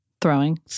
throwing